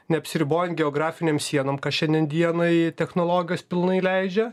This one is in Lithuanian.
neapsiribojant geografinėm sienom ką šiandien dienai technologijos pilnai leidžia